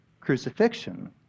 crucifixion